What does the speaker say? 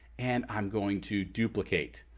and i'm going to duplicate.